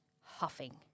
huffing